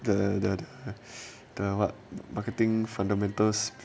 the the the what marketing fundamentals